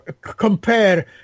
compare